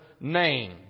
name